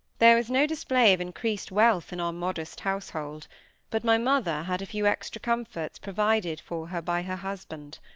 there was no display of increased wealth in our modest household but my mother had a few extra comforts provided for her by her husband.